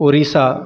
Orissa